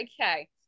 Okay